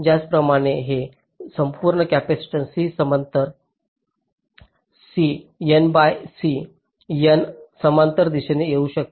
त्याचप्रमाणे हे संपूर्ण कॅपेसिटन्स C समांतर C N by C N समांतर दिशेने येऊ शकते